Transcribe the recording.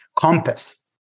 compass